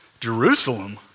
Jerusalem